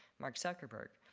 mark zuckerberg.